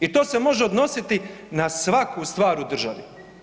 I to se može odnositi na svaku stvar u državi.